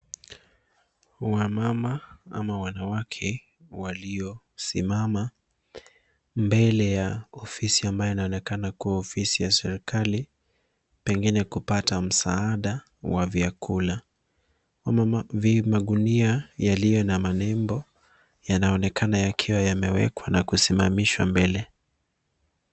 Wamama ama wanawake waliosimama mbele ya ofisi ambayo inaonekana kuwa ofisi ya serikali pengine kupata msaada wa vyakula. Magunia yaliyo na manembo yanaonekana yakiwa yamewekwa na kusimamishwa mbele.